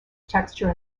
texture